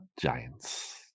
Giants